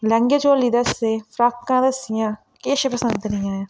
लैंह्गे चोली दस्से फ्राकां दस्सियां किश पसंद नी आया